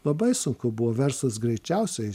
labai sunku buvo verslas greičiausiai